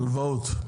הלוואות.